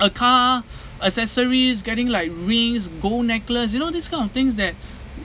a car accessories getting like rings gold necklace you know this kind of things that